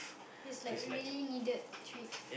that's like really needed trip